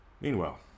Meanwhile